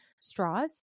straws